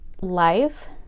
life